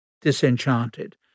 disenchanted